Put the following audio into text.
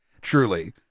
Truly